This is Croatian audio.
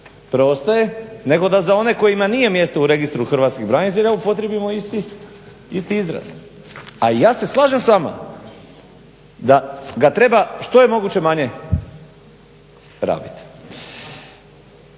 preostaje nego da za one kojima nije mjesto u Registru hrvatskih branitelja upotrijebimo isti izraz. A ja se slažem s vama da ga treba što je moguće manje rabiti.